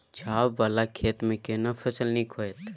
छै ॉंव वाला खेत में केना फसल नीक होयत?